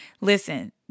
Listen